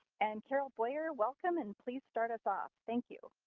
and, carol boyer, welcome, and please start us off. thank you.